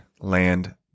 land